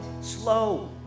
Slow